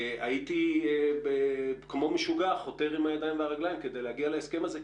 הייתי כמו משוגע חותר עם הידיים והרגליים כדי להגיע להסכם הזה,